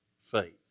faith